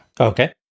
Okay